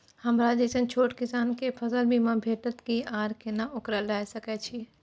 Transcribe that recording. हमरा जैसन छोट किसान के फसल बीमा भेटत कि आर केना ओकरा लैय सकैय छि?